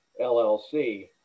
LLC